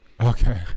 Okay